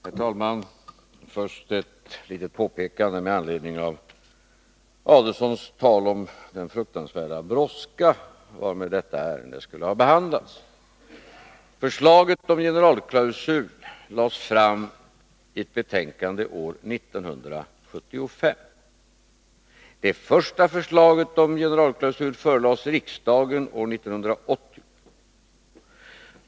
Herr talman! Först ett litet påpekande med anledning av Ulf Adelsohns tal om den fruktansvärda brådska varmed detta ärende skulle ha behandlats. Förslag om generalklausul lades fram i ett betänkande 1975. Det första förslaget om generalklausul förelades riksdagen 1980.